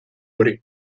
hori